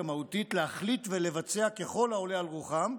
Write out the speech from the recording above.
מהותית להחליט ולבצע ככול העולה על רוחם,